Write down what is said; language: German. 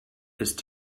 ist